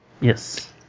yes